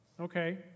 Okay